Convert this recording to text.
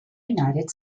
united